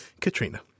Katrina